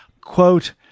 quote